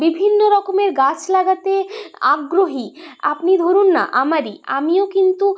বিভিন্ন রকমের গাছ লাগাতে আগ্রহী আপনি ধরুন না আমারই আমিও কিন্তু